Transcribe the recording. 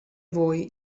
voi